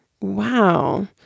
Wow